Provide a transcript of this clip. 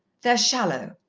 they're shallow.